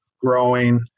growing